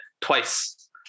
twice